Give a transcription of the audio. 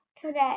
today